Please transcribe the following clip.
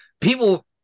people